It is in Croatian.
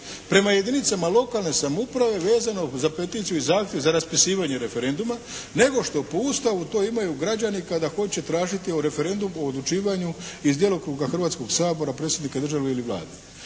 prema jedinicama lokalne samouprave vezano za peticiju i zahtjev za raspisivanje referenduma nego što po Ustavu to imaju građani kada hoće tražiti o odlučivanju iz djelokruga Hrvatskog sabora, predsjednika države ili Vlade.